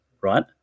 right